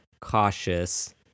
cautious